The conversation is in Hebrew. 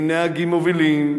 מנהגים מובילים,